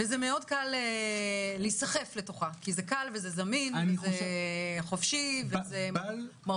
וזה מאוד קל להיסחף לתוכה כי זה קל וזה זמין וזה חופשי וזה מרוויח.